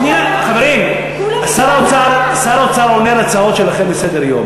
חברים, שר האוצר עונה על ההצעות שלכם לסדר-היום.